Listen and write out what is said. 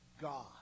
God